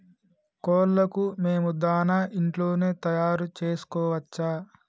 కోళ్లకు మేము దాణా ఇంట్లోనే తయారు చేసుకోవచ్చా?